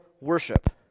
worship